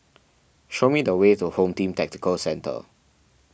show me the way to Home Team Tactical Centre